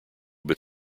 but